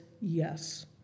yes